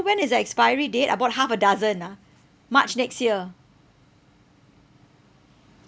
when is the expiry date I bought half a dozen ah march next year